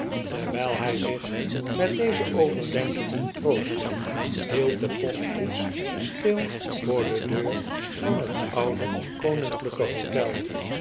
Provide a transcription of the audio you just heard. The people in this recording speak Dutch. terwijl hij zich met deze overdenkingen troostte hield de postkoets stil voor de deur van het oude koninklijke hotel